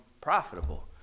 profitable